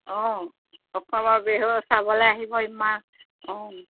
অঁ অসমৰ বিহু চাবলৈ আহিব ইমান অঁ